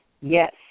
Yes